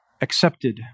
accepted